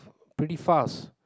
pretty fast